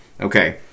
Okay